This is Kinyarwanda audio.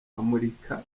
bamurika